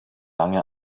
lange